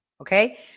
Okay